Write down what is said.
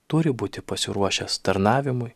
turi būti pasiruošęs tarnavimui